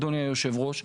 אדוני היושב-ראש,